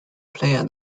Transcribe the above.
player